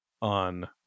on